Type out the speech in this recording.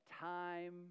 time